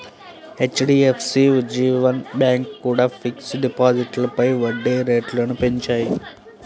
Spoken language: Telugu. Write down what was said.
హెచ్.డి.ఎఫ్.సి, ఉజ్జీవన్ బ్యాంకు కూడా ఫిక్స్డ్ డిపాజిట్లపై వడ్డీ రేట్లను పెంచాయి